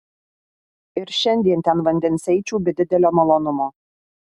ir šiandien ten vandens eičiau be didelio malonumo